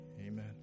Amen